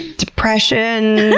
depression?